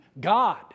God